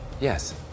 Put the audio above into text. yes